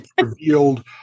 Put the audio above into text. revealed